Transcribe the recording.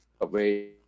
away